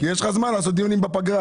כי יש לך זמן לעשות דיונים בפגרה.